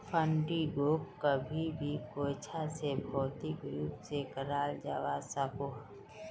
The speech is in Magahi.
फंडिंगोक कभी भी कोयेंछा से भौतिक रूप से कराल जावा सकोह